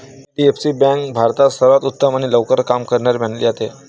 HDFC bank भारतात सर्वांत उत्तम आणि लवकर काम करणारी मानली जाते